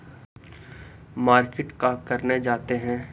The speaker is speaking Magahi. मार्किट का करने जाते हैं?